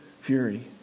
fury